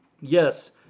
Yes